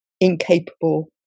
incapable